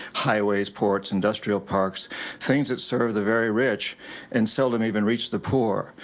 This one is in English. highways, ports, industrial parks things that serve the very rich and seldom even reach the poor.